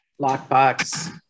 lockbox